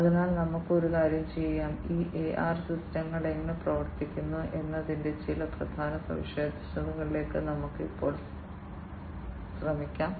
അതിനാൽ നമുക്ക് ഒരു കാര്യം ചെയ്യാം ഈ AR സിസ്റ്റങ്ങൾ എങ്ങനെ പ്രവർത്തിക്കുന്നു എന്നതിന്റെ ചില പ്രധാന സവിശേഷതകളിലേക്ക് ഞങ്ങൾ ഇപ്പോൾ ശ്രമിക്കാം